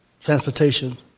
transportation